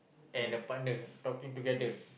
and a partner talking together